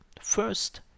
first